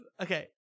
Okay